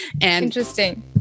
Interesting